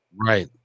right